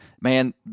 Man